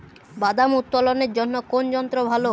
বাদাম উত্তোলনের জন্য কোন যন্ত্র ভালো?